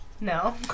No